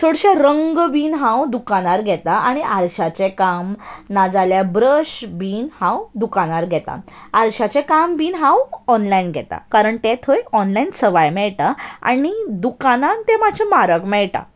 चडशे रंग बीन हांव दुकानार घेतां आनी आरश्याचें काम नाजाल्यार ब्रश बीन हांव दुकानार घेतां आरश्याचें काम बीन हांव ऑनलायन घेता कारण तें थंय ऑनलायन सवाय मेळटा आनी दुकानान तें मातशें म्हारग मेळटा